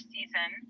Season